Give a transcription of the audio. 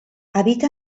habita